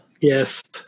Yes